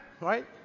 Right